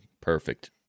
perfect